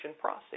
process